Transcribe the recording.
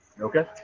Okay